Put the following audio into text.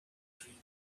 dream